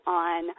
on